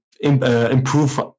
improve